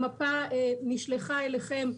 הבעיה כאן היא